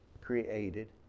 created